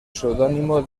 pseudónimo